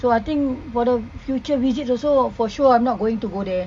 so I think for the future visit also for sure I'm not going to go there